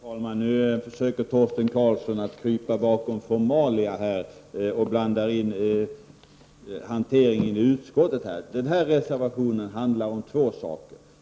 Herr talman! Nu försöker Torsten Karlsson att krypa bakom formalia och blandar in hanteringen i utskottet. Den här reservationen handlar om två saker.